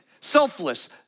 Selfless